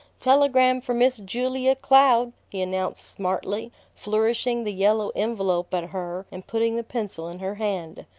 telegram for miss julia cloud! he announced smartly, flourishing the yellow envelope at her and putting the pencil in her hand.